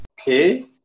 Okay